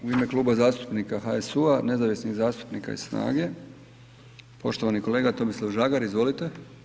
U ime Kluba zastupnika HSU-a, nezavisnih zastupnika i SNAGA-e, poštovani kolega Tomislav Žagar, izvolite.